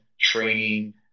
training